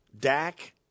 Dak